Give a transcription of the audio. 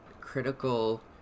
critical